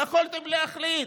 יכולתם להחליט.